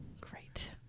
Great